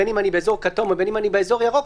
בין אם אני באזור כתום ובין אם אני באזור ירוק,